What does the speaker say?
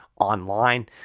online